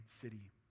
city